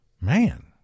Man